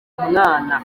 umwana